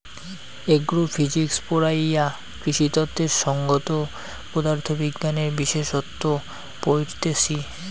agro physics পড়াইয়ারা কৃষিতত্ত্বের সংগত পদার্থ বিজ্ঞানের বিশেষসত্ত পড়তিছে